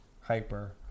hyper